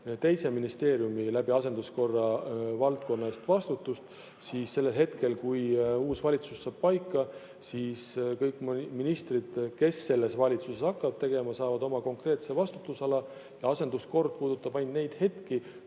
teise ministeeriumi valdkonna eest vastutust, siis sellel hetkel, kui uus valitsus saab paika, saavad kõik ministrid, kes selles valitsuses hakkavad tegutsema, oma konkreetse vastutusala. Asenduskord puudutab ainult neid hetki,